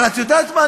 אבל את יודעת מה?